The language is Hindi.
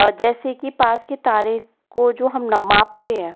जैसे कि पास के तारे को जो हम मापते हैं